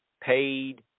paid